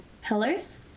pillars